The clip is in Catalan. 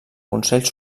consell